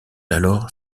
alors